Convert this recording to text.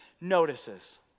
notices